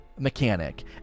mechanic